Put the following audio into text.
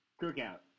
Cookout